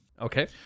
Okay